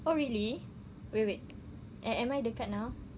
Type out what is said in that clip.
oh really wait wait am am I dekat now